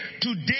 today